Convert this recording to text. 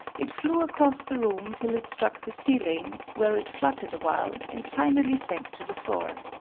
it flew across the room, till it struck the ceiling, where it fluttered awhile, and finally sank to the floor.